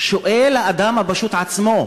שואל האדם הפשוט את עצמו: